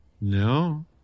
no